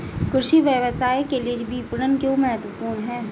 कृषि व्यवसाय के लिए विपणन क्यों महत्वपूर्ण है?